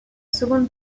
seconde